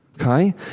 Okay